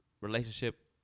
relationship